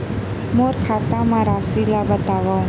मोर खाता म राशि ल बताओ?